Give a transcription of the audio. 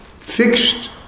fixed